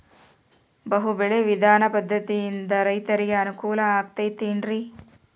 ಬಹು ಬೆಳೆ ವಿಧಾನ ಪದ್ಧತಿಯಿಂದ ರೈತರಿಗೆ ಅನುಕೂಲ ಆಗತೈತೇನ್ರಿ?